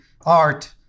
art